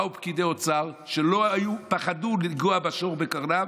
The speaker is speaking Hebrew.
באו פקידי האוצר, פחדו לאחוז את השור בקרניו